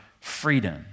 freedom